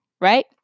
Right